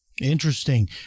Interesting